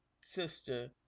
sister